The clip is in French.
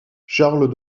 charles